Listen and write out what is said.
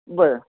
बरं